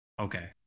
Okay